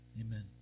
Amen